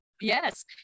yes